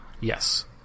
Yes